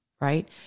Right